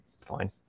fine